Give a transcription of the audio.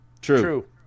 True